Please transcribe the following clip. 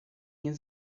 nie